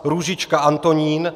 Růžička Antonín